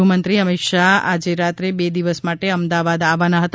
ગૃહમંત્રી અમિત શાહ આજે રાત્રે બે દિવસ માટે અમદાવાદ આવવાના હતા